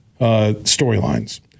storylines